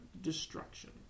destruction